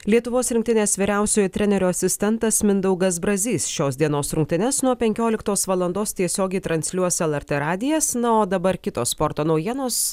lietuvos rinktinės vyriausiojo trenerio asistentas mindaugas brazys šios dienos rungtynes nuo penkioliktos valandos tiesiogiai transliuos lrt radijas na o dabar kitos sporto naujienos